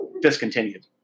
discontinued